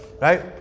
right